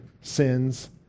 sins